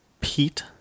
Pete